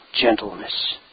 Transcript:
gentleness